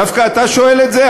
דווקא אתה שואל את זה?